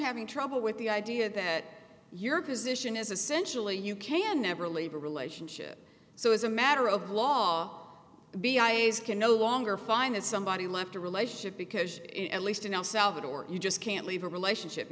having trouble with the idea that your position is essentially you can never leave a relationship so as a matter of law be i is can no longer find that somebody left a relationship because in at least in el salvador you just can't leave a relationship